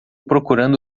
procurando